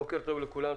בוקר טוב לכולם.